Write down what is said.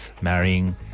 marrying